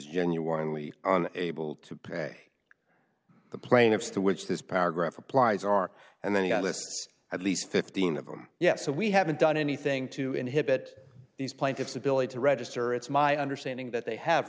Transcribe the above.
genuinely on able to pay the plaintiffs to which this paragraph applies are and then he got lists at least fifteen of them yet so we haven't done anything to inhibit these plaintiffs ability to register it's my understanding that they have